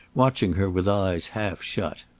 watching her with eyes half shut.